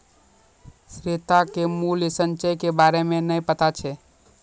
श्वेता के मूल्य संचय के बारे मे नै पता छै